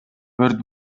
өрт